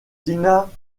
tina